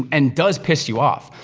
and does piss you off?